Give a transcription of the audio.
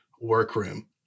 workroom